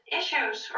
issues